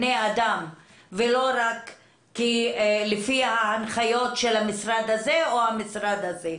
ולא רק לפי ההנחיות של המשרד הזה או המשרד הזה.